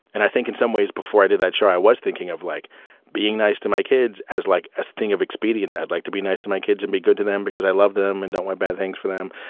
and i think in some ways before i did that show, i was thinking of like being nice to my kids as like as thing of expedience. i'd like to be nice to my kids and be good to them because i love them and don't want bad things for them.